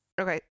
Okay